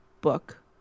book